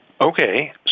Okay